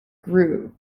grew